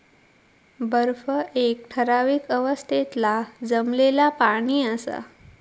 बर्फ एक ठरावीक अवस्थेतला जमलेला पाणि असा